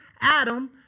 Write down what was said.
Adam